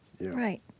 right